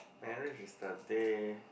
marriage is the day